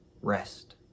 rest